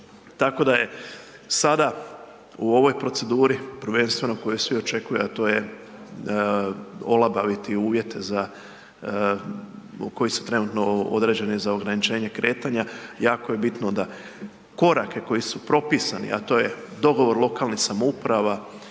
Tako da je sada u ovoj proceduri prvenstveno koju svi očekuju, a to je olabaviti uvjet za, koji su trenutno određeni za ograničenje kretanja, jako je bitno da korake koji su propisani, a to je dogovor lokalnih samouprava,